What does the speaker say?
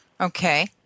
okay